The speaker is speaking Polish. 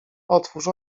otwórz